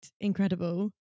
incredible